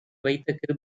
வைத்த